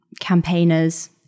campaigners